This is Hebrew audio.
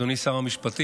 אדוני שר המשפטים,